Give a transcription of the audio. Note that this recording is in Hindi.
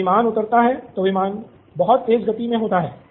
जब विमान उतरता है तो विमान बहुत तेज गति मे होता है